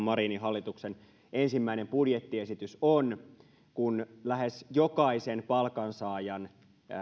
marinin hallituksen ensimmäinen budjettiesitys on kun lähes jokaisen palkansaajan